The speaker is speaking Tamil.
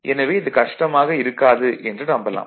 எனவே இது கஷ்டமாக இருக்காது என்று நம்பலாம்